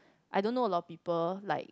I don't know a lot of people like